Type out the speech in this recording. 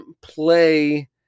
play